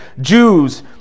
Jews